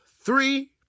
three